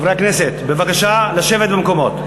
חברי הכנסת, בבקשה לשבת במקומות.